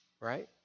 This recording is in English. right